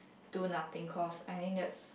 do nothing cause I think that's